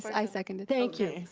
i seconded. thank you,